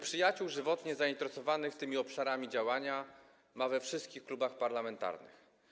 Przyjaciół żywotnie zainteresowanych tymi obszarami działania Gruzja ma we wszystkich klubach parlamentarnych.